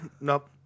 nope